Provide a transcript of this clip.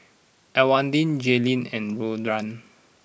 Elwanda Jayleen and Dorian